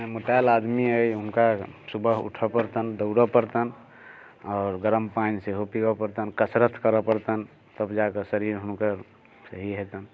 मोटायल आदमी अइ हुनका सुबह उठऽ पड़तनि दौड़ऽ पड़तनि आओर गरम पानि सेहो पियऽ पड़तनि कसरत करऽ पड़तनि तब जाकऽ शरीर हुनकर सही हेतनि